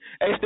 Hey